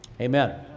Amen